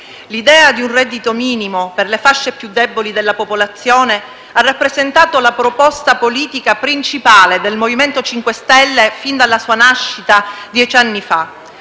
L'idea di un reddito minimo per le fasce più deboli della popolazione ha rappresentato la proposta politica principale del MoVimento 5 Stelle fin dalla sua nascita dieci anni fa.